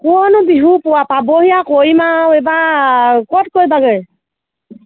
কৰ'নো বিহু পোৱা পাবহিয়ে আৰু কৰিম আৰু এইবাৰ ক'ত কৰিবাগৈ